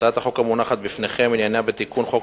הצעת החוק המונחת בפניכם עניינה תיקון חוק